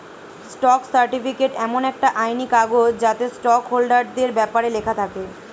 stock certificate এমন একটা আইনি কাগজ যাতে স্টক হোল্ডারদের ব্যপারে লেখা থাকে